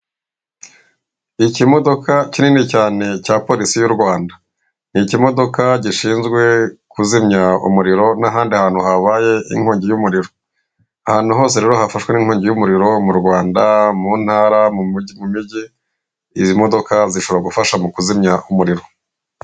Ikimodoka kinini cyane cya polisi y'u Rwanda, ni ikimodoka gishinzwe kuzimya umuriro n'ahandi hantu habaye inkongi y'umuriro, ahantu hose rero hafashwe n'inkongi y'umuriro mu Rwanda, mu ntara, mu mijyi, izi modoka zishobora gufasha mu kuzimya umuriro.